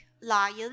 lion